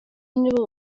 nibo